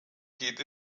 geht